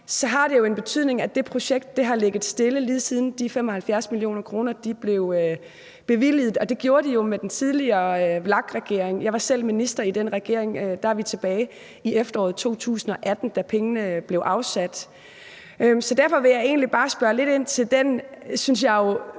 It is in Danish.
har det jo en betydning, at det projekt har ligget stille, lige siden de 75 mio. kr. blev bevilget, og det gjorde de jo under den tidligere VLAK-regering. Jeg var selv minister i den regering, og det var tilbage i efteråret 2018, at pengene blev afsat. Så derfor vil jeg egentlig bare spørge lidt ind til den, synes jeg jo,